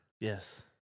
Yes